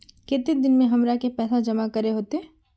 केते दिन में हमरा के पैसा जमा करे होते?